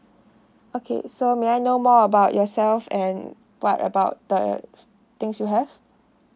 okay so may I know more about yourself and what about the things you have